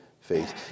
faith